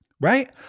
right